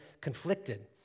conflicted